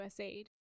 USAID